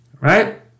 Right